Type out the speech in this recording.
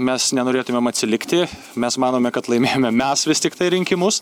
mes nenorėtumėm atsilikti mes manome kad laimėjome mes vis tiktai rinkimus